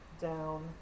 down